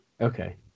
Okay